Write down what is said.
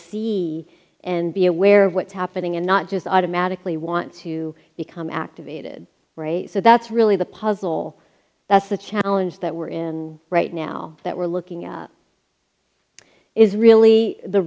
see and be aware of what's happening and not just automatically want to become activated so that's really the puzzle that's the challenge that we're in right now that we're looking at is really the